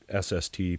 SST